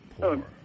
poor